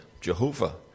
Jehovah